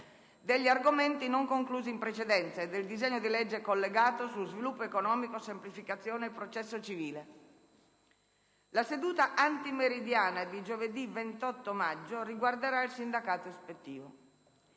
degli argomenti non conclusi in precedenza e del disegno di legge collegato su sviluppo economico, semplificazione e processo civile. La seduta antimeridiana di giovedì 28 maggio riguarderà il sindacato ispettivo.